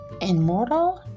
Immortal